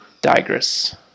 Digress